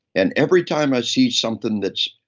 and every time i see something that's.